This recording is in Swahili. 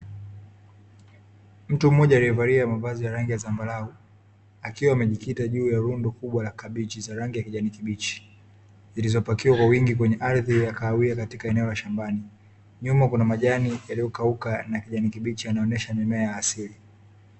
Mtu mmoja aliyevalia mavazi ya rangi ya zambarau akiwa amejikita juu ya lundo kubwa la kabichi za rangi ya kijani kibichi, zilizopakiwa kwa wingi kwenye ardhi ya kahawia katika eneo la shambani. Nyuma kuna majani yaliyokauka na kijani kibichi yanaonyesha mimea ya asili.